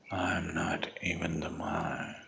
not even the mind.